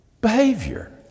Behavior